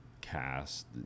cast